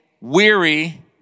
weary